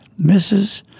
Mrs